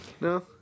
No